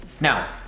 now